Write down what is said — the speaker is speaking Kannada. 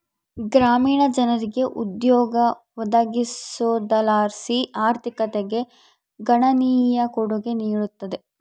ಗ್ರಾಮೀಣ ಜನರಿಗೆ ಉದ್ಯೋಗ ಒದಗಿಸೋದರ್ಲಾಸಿ ಆರ್ಥಿಕತೆಗೆ ಗಣನೀಯ ಕೊಡುಗೆ ನೀಡುತ್ತದೆ